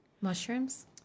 Mushrooms